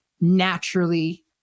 naturally